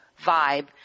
vibe